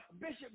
Bishop